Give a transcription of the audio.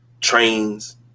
trains